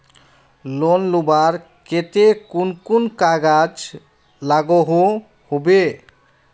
Loan लुबार केते कुन कुन कागज लागोहो होबे?